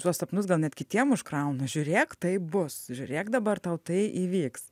tuos sapnus gal net kitiem užkrauna žiūrėk taip bus žiūrėk dabar tau tai įvyks